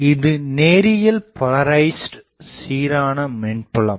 இது நேரியல் போலரைஸ்ட் சீரான மின்புலம்